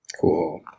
Cool